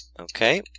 Okay